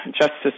Justice